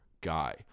guy